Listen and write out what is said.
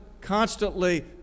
constantly